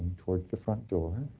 towards the front door.